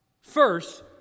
first